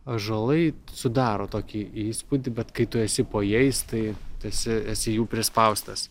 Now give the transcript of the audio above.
ąžuolai sudaro tokį įspūdį bet kai tu esi po jais tai tu esi esi jų prispaustas